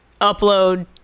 upload